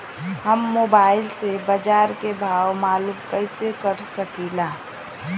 हम मोबाइल से बाजार के भाव मालूम कइसे कर सकीला?